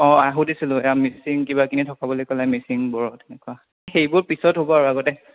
অ' সুধিছিলোঁ মিচিং কিবা কিবি থকা বুলি ক'লে মিচিং বড়ো তেনেকুৱা সেইবোৰ পিছত হ'ব আৰু আগতে